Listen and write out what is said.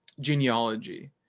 genealogy